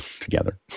together